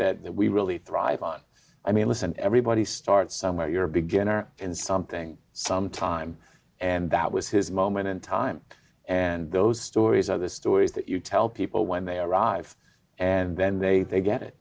that we really thrive on i mean listen everybody starts somewhere you're a beginner in something sometime and that was his moment in time and those stories are the stories that you tell people when they arrive and then they they get it